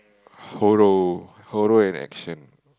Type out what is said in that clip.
horror horror and action